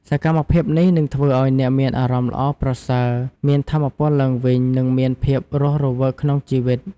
សកម្មភាពនេះនឹងធ្វើឲ្យអ្នកមានអារម្មណ៍ល្អប្រសើរ មានថាមពលឡើងវិញ និងមានភាពរស់រវើកក្នុងជីវិត។